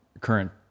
current